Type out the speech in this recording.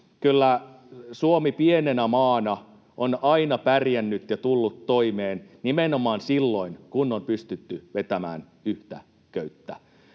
Kyllä Suomi pienenä maana on aina pärjännyt ja tullut toimeen nimenomaan silloin, kun on pystytty vetämään yhtä köyttä.